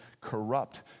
corrupt